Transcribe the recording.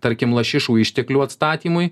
tarkim lašišų išteklių atstatymui